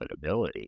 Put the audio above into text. profitability